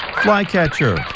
flycatcher